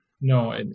no